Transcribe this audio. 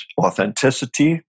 authenticity